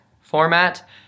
format